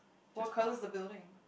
what colour's the building